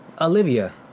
Olivia